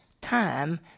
time